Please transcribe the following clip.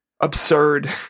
absurd